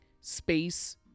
space